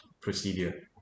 procedure